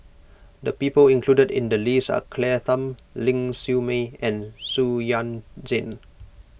the people included in the list are Claire Tham Ling Siew May and Xu Yuan Zhen